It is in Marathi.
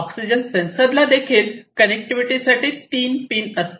ऑक्सीजन सेन्सर ला देखील कनेक्टिविटी साठी तीन पिन असतात